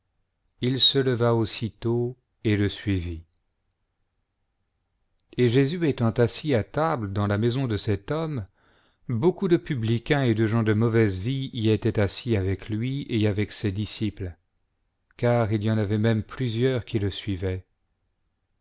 il se leva aussitôt elxe suivit et jésus étant assis à table dans la maison de cet homme beaucoup de publicains et de gens de mauvaise vie y étaient assis avec lui et avec ses disciples car il y en avait même plusieurs qui le suivaient